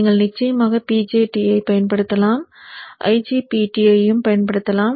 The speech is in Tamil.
நீங்கள் நிச்சயமாக BJT ஐப் பயன்படுத்தலாம் IGBT ஐயும் பயன்படுத்தலாம்